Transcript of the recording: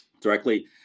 directly